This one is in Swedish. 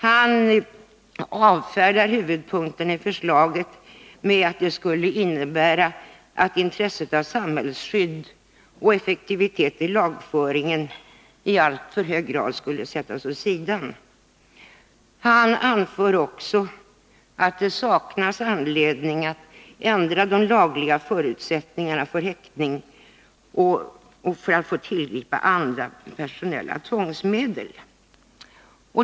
Han avfärdar huvudpunkten i förslaget med att det skulle innebära att intresset av samhällsskydd och effektivitet i lagföringen i alltför hög grad skulle sättas åt sidan. Han anför också att det saknas anledning att ändra de lagliga förutsättningarna för häktning och för att få tillgripa andra personella tvångsmedel.